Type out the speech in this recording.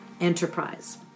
enterprise